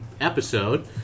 episode